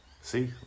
See